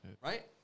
Right